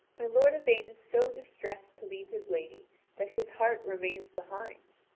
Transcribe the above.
my lord yvain is so distressed to leave his lady that his heart remains behind.